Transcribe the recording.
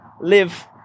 live